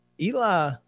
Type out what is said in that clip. Eli